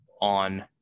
on